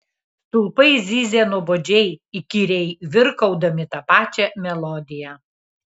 stulpai zyzė nuobodžiai įkyriai virkaudami tą pačią melodiją